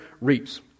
reaps